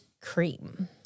cream